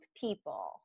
people